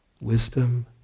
wisdom